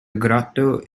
grotto